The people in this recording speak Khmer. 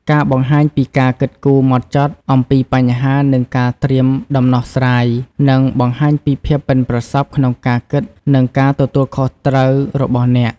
ការបង្ហាញពីការគិតគូរហ្មត់ចត់អំពីបញ្ហា និងការត្រៀមដំណោះស្រាយ នឹងបង្ហាញពី ភាពប៉ិនប្រសប់ក្នុងការគិត និងការទទួលខុសត្រូវ របស់អ្នក។